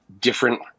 different